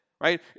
right